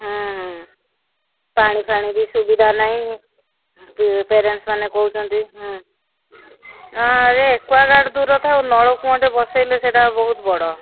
ହୁଁ ହୁଁ ପାଣି ଫାଣି ବି ସୁବିଧା ନାହିଁ ପ୍ୟାରେଣ୍ଟସ୍ମାନେ କହୁଛନ୍ତି ହଁ ଆରେ ଏକ୍ୱାଗାର୍ଡ୍ ଦୂରରେ ଥାଉ ନଳ କୂଅଟେ ବସେଇଲେ ସେଇଟା ବହୁତ ବଡ଼